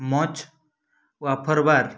munch wafer bar